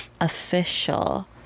official